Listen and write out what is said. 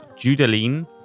Judeline